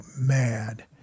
mad